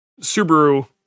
Subaru